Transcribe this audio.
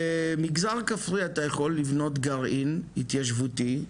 במגזר כפרי אתה יכול לבנות גרעין התיישבותי,